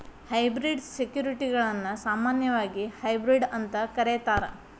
hybrid ಸೆಕ್ಯುರಿಟಿಗಳನ್ನ ಸಾಮಾನ್ಯವಾಗಿ hybrid ಅಂತ ಕರೇತಾರ